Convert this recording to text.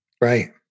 Right